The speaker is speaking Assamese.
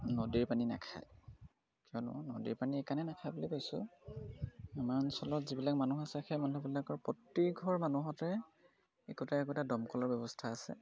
নদীৰ পানী নাখায় কিয়নো নদীৰ পানী এইকাৰণে নাখায় বুলি কৈছোঁ আমাৰ অঞ্চলত যিবিলাক মানুহ আছে সেই মানুহবিলাকৰ প্ৰতি ঘৰ মানুহতে একোটা একোটা দমকলৰ ব্যৱস্থা আছে